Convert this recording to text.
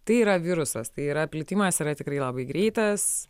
tai yra virusas tai yra plitimas yra tikrai labai greitas